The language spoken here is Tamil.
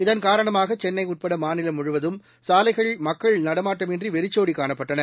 இதன் காரணமாக சென்னை உட்பட மாநிலம் முழுவதும் சாலைகள் மக்கள் நடமாட்டமின்றி வெறிச்சோடி காணப்பட்டன